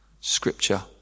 scripture